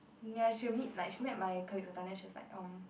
ya she will meet like she met my colleagues from she was like um